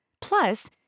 Plus